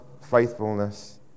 faithfulness